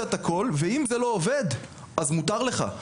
את הכול ואם זה לא עובד אז מותר לך,